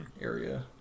area